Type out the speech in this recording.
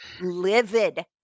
livid